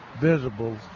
visible